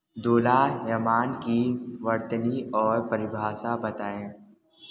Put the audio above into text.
दोलायमान की वर्तनी और परिभाषा बताएँ